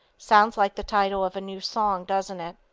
sounds like the title of a new song, doesn't it.